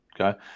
Okay